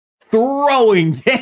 throwing